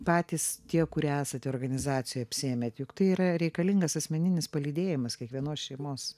patys tie kurie esate organizacijoj apsiėmėt juk tai yra reikalingas asmeninis palydėjimas kiekvienos šeimos